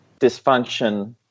dysfunction